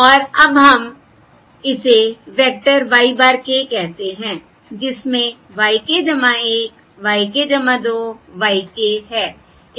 और अब हम इसे वेक्टर y bar k कहते हैं जिसमें y k 1 y k 2 y k है